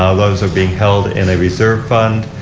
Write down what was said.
ah those are being held in a reserve fund.